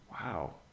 Wow